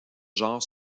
genre